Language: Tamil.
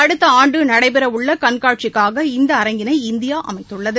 அடுத்த ஆண்டு நடைபெறவுள்ள கண்காட்சிக்காக இந்த அரங்கினை இந்தியா அமைக்கவுள்ளது